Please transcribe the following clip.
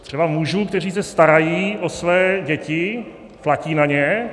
Třeba mužů, kteří se starají o své děti, platí na ně.